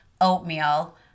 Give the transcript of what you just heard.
oatmeal